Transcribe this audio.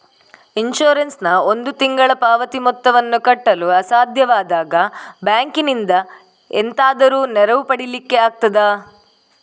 Insurance ನ ಒಂದು ತಿಂಗಳ ಪಾವತಿ ಮೊತ್ತವನ್ನು ಕಟ್ಟಲು ಅಸಾಧ್ಯವಾದಾಗ ಬ್ಯಾಂಕಿನಿಂದ ಎಂತಾದರೂ ನೆರವು ಪಡಿಲಿಕ್ಕೆ ಆಗ್ತದಾ?